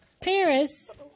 Paris